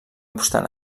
obstant